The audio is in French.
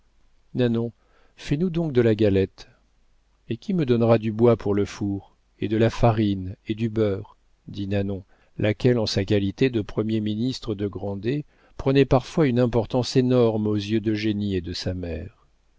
nanon fais-nous donc de la galette et qui me donnera du bois pour le four et de la farine et du beurre dit nanon laquelle en sa qualité de premier ministre de grandet prenait parfois une importance énorme aux yeux d'eugénie et de sa mère